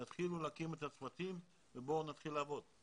תתחילו להקים את הצוותים ובואו נתחיל לעבוד.